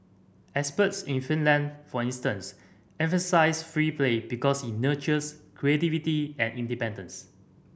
experts in Finland for instance emphasise free play because it nurtures creativity and independence